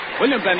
William